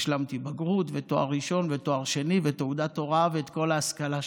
השלמתי בגרות ותואר ראשון ותואר שני ותעודת הוראה ואת כל ההשכלה שצריך.